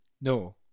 No